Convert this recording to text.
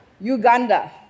Uganda